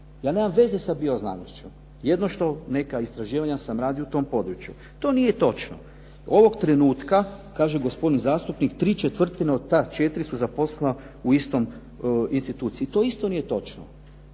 Ja nemam veze sa bioznanošću, jedino što neka istraživanja sam radio u tom području. To nije točno. Ovog trenutka, kaže gospodin zastupnik, ¾ od ta četiri su zaposlena u istoj instituciji. To isto nije točno.